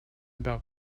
about